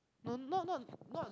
no not not not